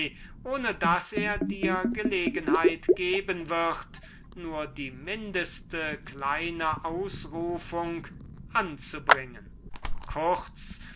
ohne daß er dir gelegenheit geben wird nur die mindeste kleine ausrufung anzubringen kurz